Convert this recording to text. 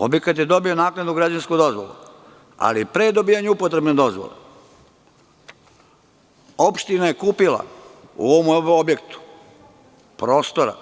Objekat je dobio naknadu građevinsku dozvolu, ali pre dobijanja upotrebne dozvole opština je kupila u ovom objektu prostora